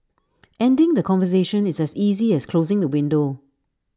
ending the conversation is as easy as closing the window